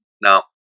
Now